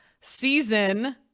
season